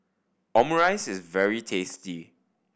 omurice is very tasty